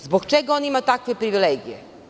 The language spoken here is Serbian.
Zbog čega on ima takve privilegije?